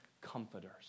comforters